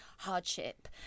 hardship